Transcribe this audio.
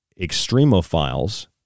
extremophiles